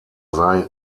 sei